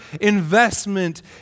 investment